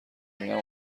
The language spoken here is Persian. بینم